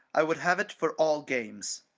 i would have it for all games.